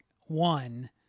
one